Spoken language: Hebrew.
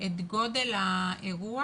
את גודל האירוע